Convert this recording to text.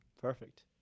Perfect